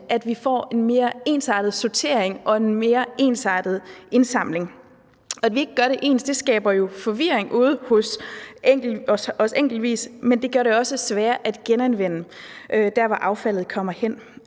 at vi får både en mere ensartet sortering og en mere ensartet indsamling. At vi ikke kan gøre det ens, skaber forvirring ude hos os alle, enkeltvis, og det gør det sværere at genanvende der, hvor affaldet kommer hen.